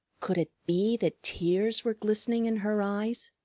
could it be that tears were glistening in her eyes?